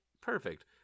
perfect